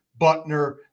Butner